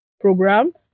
program